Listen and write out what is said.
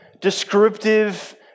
descriptive